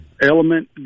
Element